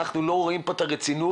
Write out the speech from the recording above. אנחנו לא רואים פה את הרצינות,